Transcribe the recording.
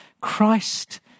Christ